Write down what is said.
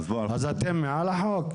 אז אתם מעל החוק?